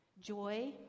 Joy